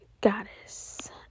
goddess